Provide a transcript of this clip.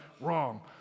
wrong